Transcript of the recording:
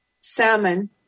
Salmon